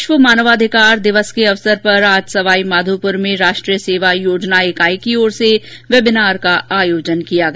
विश्व मानवाधिकार दिवस के अवसर पर सवाई माधोपुर में राष्ट्रीय सेवा योजना इकाई द्वारा वेबिनार का आयोजन किया गया